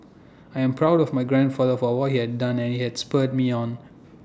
I am proud of my grandfather for what he has done and IT has spurred me on